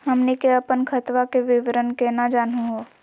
हमनी के अपन खतवा के विवरण केना जानहु हो?